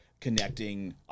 connecting